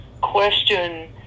question